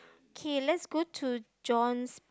K let's go to John's